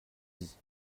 dit